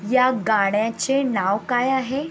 या गाण्याचे नाव काय आहे